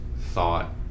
thought